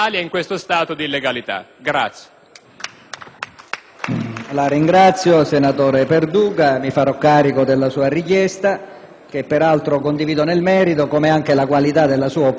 finestra"). Senatore Perduca, mi farò carico della sua richiesta, che peraltro condivido nel merito, come anche la qualità della sua opposizione nel metodo.